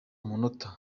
munota